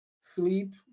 sleep